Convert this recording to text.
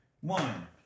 One